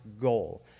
goal